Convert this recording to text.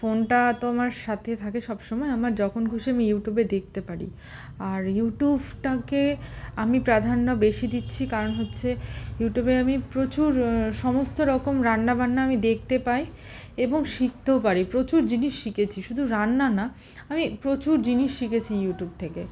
ফোনটা তো আমার সাথে থাকে সব সময় আমার যখন খুশি আমি ইউটিউবে দেখতে পারি আর ইউটিউবটাকে আমি প্রাধান্য বেশি দিচ্ছি কারণ হচ্ছে ইউটিউবে আমি প্রচুর সমস্ত রকম রান্না বান্না আমি দেখতে পাই এবং শিখতেও পারি প্রচুর জিনিস শিখেছি শুধু রান্না না আমি প্রচুর জিনিস শিখেছি ইউটিউব থেকে